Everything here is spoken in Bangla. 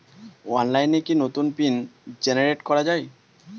অনলাইনে কি নতুন পিন জেনারেট করা যায়?